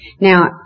Now